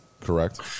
correct